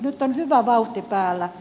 nyt on hyvä vauhti päällä